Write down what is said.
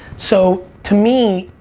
so to me,